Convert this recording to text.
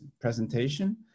presentation